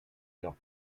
nord